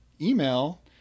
email